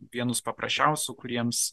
vienus paprasčiausių kuriems